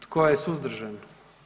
Tko je suzdržan?